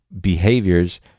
behaviors